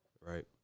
right